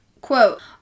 quote